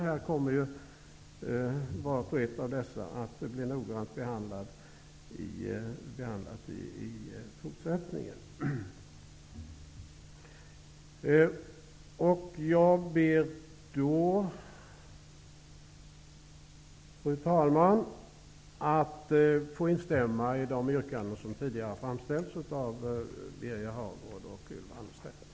Vart och ett av dessa kommer att bli noggrant behandlat i fortsättningen. Fru talman! Jag ber att få instämma i de yrkanden som tidigare har framställts av Birger Hagård och